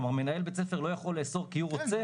כלומר מנהל בית ספר לא יכול לאסור כי הוא רוצה,